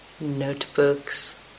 notebooks